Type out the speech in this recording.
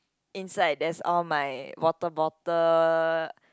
inside there's all my water bottle